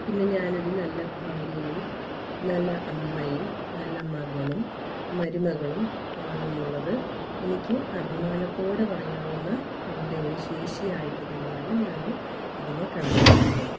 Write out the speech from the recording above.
പിന്നെ ഞാനൊരു നല്ല ഭാര്യയും നല്ല അമ്മയും നല്ല മകളും മരുമകളും ആണെന്നുള്ളത് എനിയ്ക്ക് അഭിമാനത്തോടെ പറയാവുന്ന എൻ്റെ ഒരു ശേഷി ആയിട്ട് തന്നെയാണ് ഞാൻ അതിനെ കണക്കാക്കുന്നത്